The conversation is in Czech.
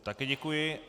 Také děkuji.